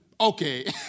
okay